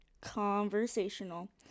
conversational